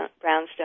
brownstone